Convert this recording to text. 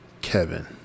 Kevin